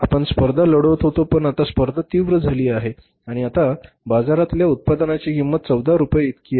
आपण स्पर्धा लढवत होतो पण आता स्पर्धा तीव्र झाली आहे आणि आता बाजारातल्या उत्पादनाची किंमत 14 रुपये इतकी आहे